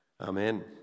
Amen